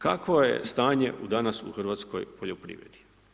Kakvo je stanje danas u hrvatskoj poljoprivredi?